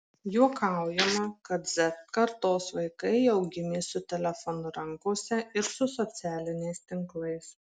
juokaujama kad z kartos vaikai jau gimė su telefonu rankose ir su socialiniais tinklais